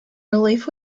relief